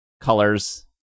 colors